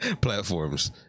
platforms